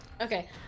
Okay